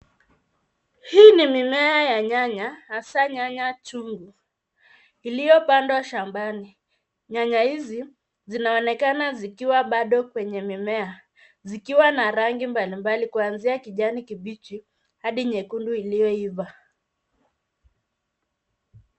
Hii ni mimea ya nyanya hasa nyanya chungu iliyopandwa shambani. Nyanya hizi zinaonekana zikiwa bado kwenye mimea zikiwa na rangi mbalimbali kuanzia kijani kibichi hadi nyekundu iliyoiva.